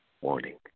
Warning